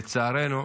לצערנו,